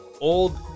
old